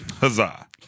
Huzzah